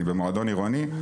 אני במועדון עירוני.